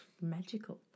magical